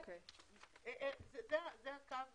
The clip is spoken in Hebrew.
זה קו